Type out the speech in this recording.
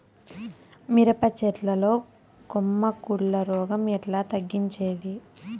మిరప చెట్ల లో కొమ్మ కుళ్ళు రోగం ఎట్లా తగ్గించేది?